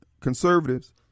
conservatives